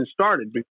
started